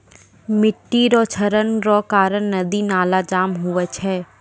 मिट्टी रो क्षरण रो कारण नदी नाला जाम हुवै छै